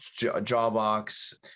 Jawbox